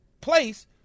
place